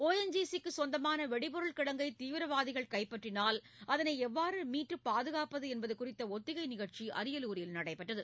ஔன்ஜிசி க்கு சொந்தமான வெடி பொருள் கிடங்கை தீவிரவாதிகள் கைப்பற்றினால் அதனை எவ்வாறு மீட்டு பாதுகாப்பது என்பது குறித்த ஒத்திகை நிகழ்ச்சி அரியலூரில் நடைபெற்றது